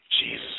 Jesus